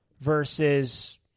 versus